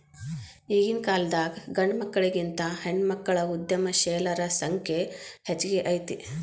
ಈಗಿನ್ಕಾಲದಾಗ್ ಗಂಡ್ಮಕ್ಳಿಗಿಂತಾ ಹೆಣ್ಮಕ್ಳ ಉದ್ಯಮಶೇಲರ ಸಂಖ್ಯೆ ಹೆಚ್ಗಿ ಐತಿ